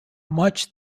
much